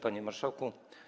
Panie Marszałku!